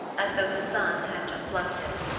as though the sun had just left it.